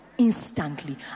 Instantly